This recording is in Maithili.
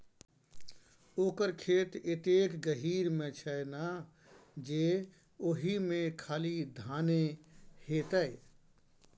ओकर खेत एतेक गहीर मे छै ना जे ओहिमे खाली धाने हेतै